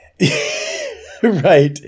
Right